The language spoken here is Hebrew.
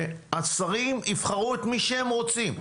שהשרים יבחרו את מי שהם רוצים.